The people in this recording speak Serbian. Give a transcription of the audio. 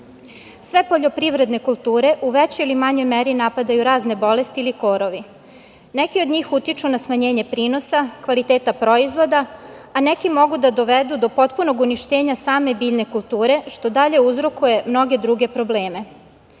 poljoprivredne kulture u većoj ili manjoj meri napadaju razne bolesti ili korovi. Neki od njih utiču na smanjenje prinosa, kvaliteta proizvoda, a neki mogu da dovedu do potpunog uništenja same biljne kulture što dalje uzrokuje mnoge druge probleme.